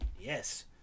Yes